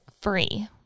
free